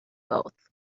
both